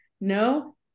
No